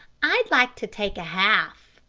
i'd like to take a half.